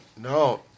No